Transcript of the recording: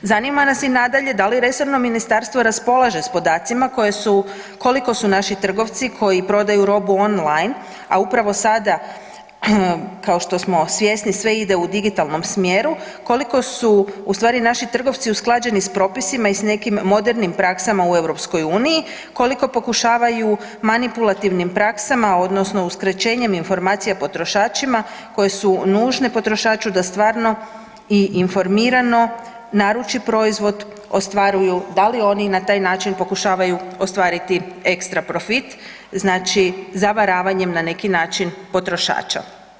Zanima nas i nadalje da li resorno ministarstvo raspolaže s podacima koji su, koliko su naši trgovci koji prodaju robu online, a upravo sada kao što smo svjesni sve ide u digitalnom smjeru, koliko su u stvari naši trgovci usklađeni s propisima i s nekim modernim praksama u EU, koliko pokušavaju manipulativnim praksama odnosno uskraćenjem informacija potrošačima koje su nužne potrošaču da stvarno i informirano naruči proizvod, ostvaruju, da li oni na taj način pokušavaju ostvariti ekstra profit, znači zavaravanjem na neki način potrošača?